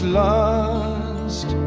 lost